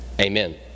Amen